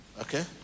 Okay